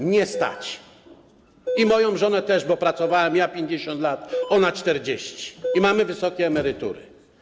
Mnie stać i moją żonę też, bo pracowaliśmy ja 50 lat, ona 40 lat i mamy wysokie emerytury.